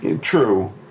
True